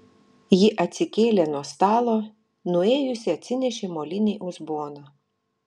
ji atsikėlė nuo stalo nuėjusi atsinešė molinį uzboną